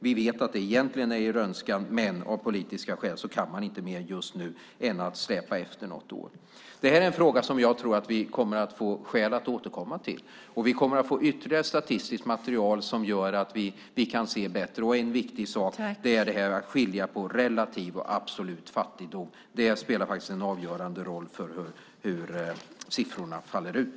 Vi vet att det egentligen är er önskan, men av politiska skäl kan man inte mer just nu än att släpa efter något år. Det här är en fråga som jag tror att vi kommer att få skäl att återkomma till. Vi kommer att få ytterligare statistiskt material som gör att vi kan se bättre. En viktig sak är också att skilja på relativ och absolut fattigdom. Det spelar faktiskt en avgörande roll för hur siffrorna faller ut.